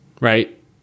right